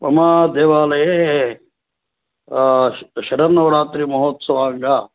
मम देवालये श शरन्नवरात्रिमहोत्सवाङ्ग